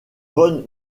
von